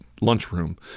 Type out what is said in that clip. lunchroom